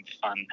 fun